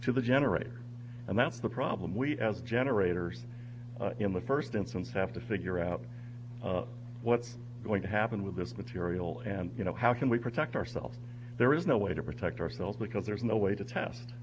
to the generator and that's the problem we as generators in the first instance have to figure out what's going to happen with this material and you know how can we protect ourselves there is no way to protect ourselves because there's no way to test